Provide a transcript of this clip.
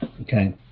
Okay